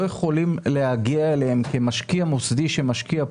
יכולים להגיע אליהם כמשקיע מסודי שמשקיע פה.